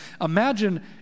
Imagine